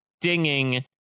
dinging